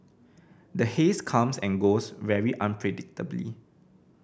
the haze comes and goes very unpredictably